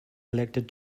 elected